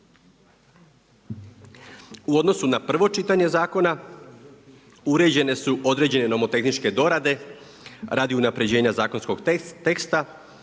U odnosu na prvo čitanje zakona uređene su određene nomotehničke dorade radi unapređenja zakonskog teksta